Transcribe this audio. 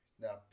Now